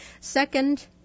Second